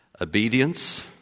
Obedience